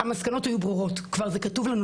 המסקנות היו ברורות, כבר זה כתוב לנו.